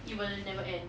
it will never end